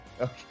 Okay